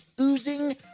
oozing